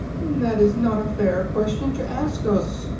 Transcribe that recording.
that is not a fair question to ask us,